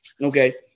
Okay